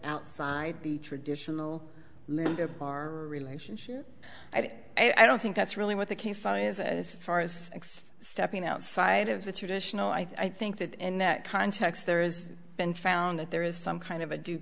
outside the traditional relationship i don't think that's really what the case sign is as far as stepping outside of the traditional i think that in that context there is been found that there is some kind of a d